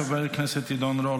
חבר הכנסת עידן רול,